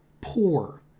poor